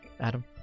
Adam